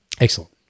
Excellent